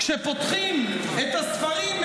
כשפותחים את הספרים,